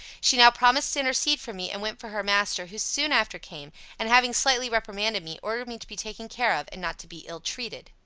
she now promised to intercede for me, and went for her master, who soon after came, and, having slightly reprimanded me, ordered me to be taken care of, and not to be ill-treated.